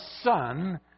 son